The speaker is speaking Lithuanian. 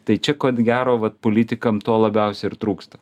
tai čia ko gero vat politikam to labiausiai ir trūksta